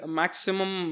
maximum